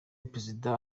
perezida